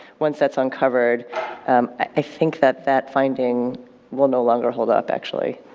once that's uncovered i think that that finding will no longer hold up, actually.